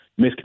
miscommunication